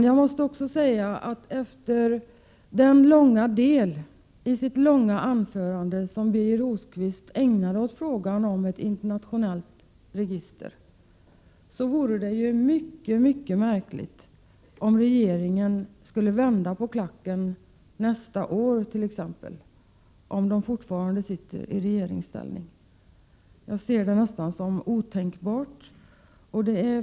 Jag måste också säga att efter det långa avsnitt i sitt långa anförande som Birger Rosqvist ägnade åt frågan om ett internationellt register vore det mycket märkligt om regeringen t.ex. nästa år skulle vända på klacken, om socialdemokraterna då fortfarande sitter i regeringsställning. Jag betraktar det som nästan otänkbart.